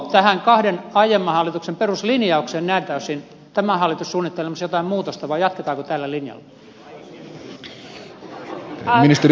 onko tähän kahden aiemman hallituksen peruslinjaukseen näiltä osin tämä hallitus suunnittelemassa jotain muutosta vai jatketaanko tällä linjalla